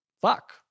fuck